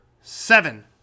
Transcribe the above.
seven